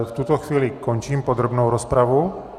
V tuto chvíli končím podrobnou rozpravu.